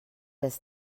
des